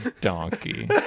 donkey